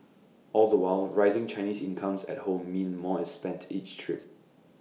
all the while rising Chinese incomes at home mean more is spent each trip